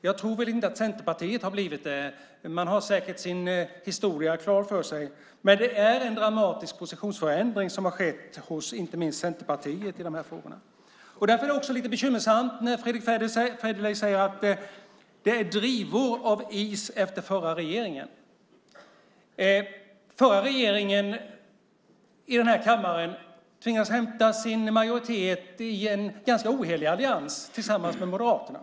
Jag tror inte att Centerpartiet har blivit det; man har säkert sin historia klar för sig. Men det är en dramatisk positionsförändring som har skett hos inte minst Centerpartiet i dessa frågor. Därför är det också lite bekymmersamt när Fredrick Federley säger att det är drivor av is efter förra regeringen. Den förra regeringen tvingades hämta sin majoritet i kammaren i en ganska ohelig allians med Moderaterna.